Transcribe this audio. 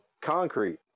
concrete